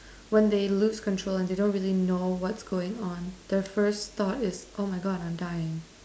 when they lose control and they don't really know what's going on their first thought is oh my god I'm dying